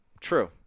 True